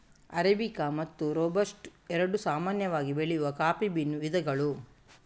arabica ಮತ್ತು robusta ಎರಡು ಸಾಮಾನ್ಯವಾಗಿ ಬೆಳೆಯುವ ಕಾಫಿ ಬೀನ್ ವಿಧಗಳು